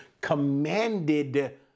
commanded